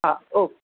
हा ओके